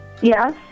Yes